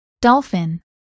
dolphin